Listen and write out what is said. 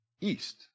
east